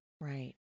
Right